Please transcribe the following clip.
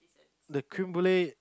the creme brulee